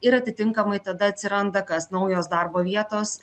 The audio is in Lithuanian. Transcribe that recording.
ir atitinkamai tada atsiranda kas naujos darbo vietos